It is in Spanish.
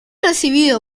recibido